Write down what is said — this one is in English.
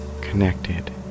connected